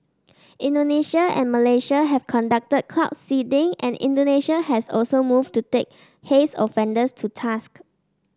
Indonesia and Malaysia have conducted cloud seeding and Indonesia has also moved to take haze offenders to task